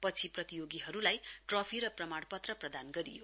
पछि प्रतियोगीहरूलाई ट्रफी र प्रमाणपत्र प्रदान गरियो